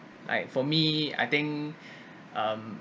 like for me I think um